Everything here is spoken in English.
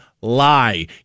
lie